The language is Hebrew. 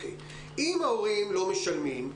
אם ההורים לא משלמים,